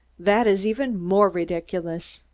that is even more ridiculous.